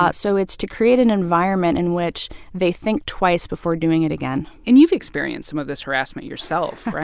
but so it's to create an environment in which they think twice before doing it again and you've experienced some of this harassment yourself, right?